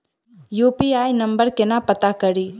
UPI number केना पत्ता कड़ी?